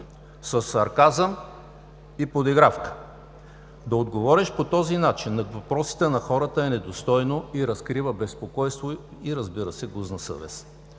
със сарказъм и подигравка. Да отговориш по този начин на въпросите на хората е недостойно и разкрива безпокойство и, разбира се, и гузна съвест.